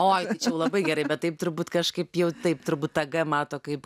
oi tai čia labai gerai bet taip turbūt kažkaip jau taip turbūt g mato kaip